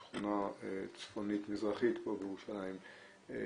שכונה צפונית מזרחית פה בירושלים,